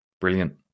brilliant